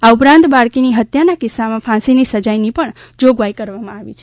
આ ઉપરાંત બાળકીની હત્યાના કિસ્સામાં ફાંસીની સજાની જોગવાઇ કરવામાં આવી છે